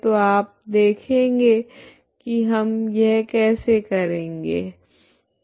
तो आप देखेगे की हम यह कैसे करेगे